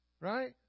right